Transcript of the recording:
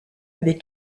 avec